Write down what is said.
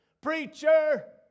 preacher